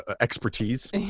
expertise